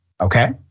okay